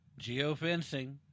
Geofencing